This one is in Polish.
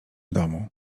domu